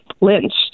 lynched